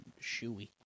Shoey